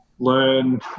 learn